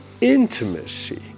intimacy